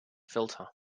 filter